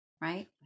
right